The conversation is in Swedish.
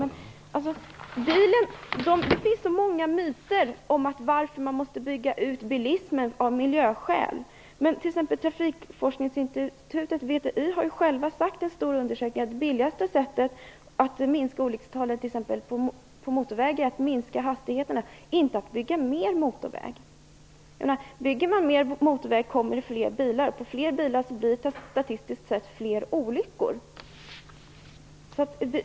Det finns så många myter om att man måste bygga ut bilismen av miljöskäl. Trafikforskningsinstitutet VTI har t.ex. i en stor undersökning visat att det billigaste sättet att minska antalet olyckor på motorvägar är att minska hastigheterna, inte att bygga fler motorvägar. Om man bygger fler motorvägar blir det fler bilar. Fler bilar innebär statistiskt sett fler olyckor.